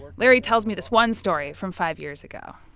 larry tells me this one story from five years ago.